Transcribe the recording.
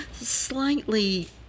slightly